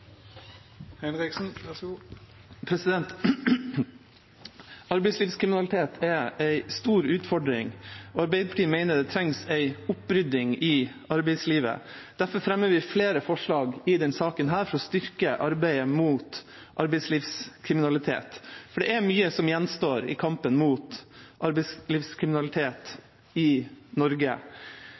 Arbeidslivskriminalitet er en stor utfordring, og Arbeiderpartiet mener det trengs en opprydning i arbeidslivet. Derfor fremmer vi flere forslag i denne saken for å styrke arbeidet mot arbeidslivskriminalitet. For det er mye som gjenstår i kampen mot arbeidslivskriminalitet i Norge.